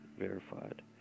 verified